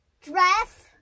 Dress